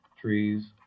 trees